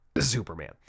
Superman